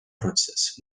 protsess